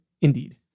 Indeed